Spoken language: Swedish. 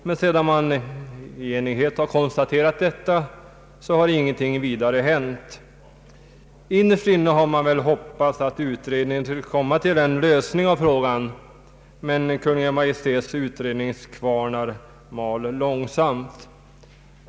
Men sedan man i enighet har konstaterat detta har ingenting vidare hänt. Innerst inne har man väl hoppats att utredningen skulle komma till en lösning av frågan, men Kungl. Maj:ts utredningskvarnar mal långsamt.